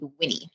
Winnie